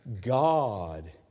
God